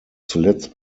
zuletzt